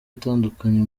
atandukanye